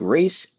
Grace